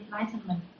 enlightenment